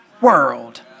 world